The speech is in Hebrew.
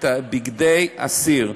את בגדי האסיר.